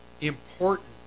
important